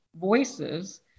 voices